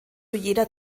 jeder